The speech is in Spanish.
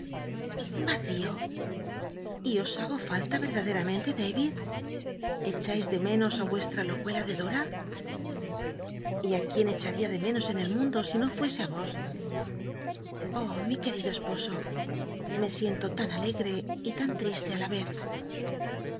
vacío y os hago falla venladeramente david echais de menos á vuestra locuela de dora y t quién echaria de menos en el mundo si no fuese á vos oh mi quetido esposo me siento tan alegre y tan triste á la vez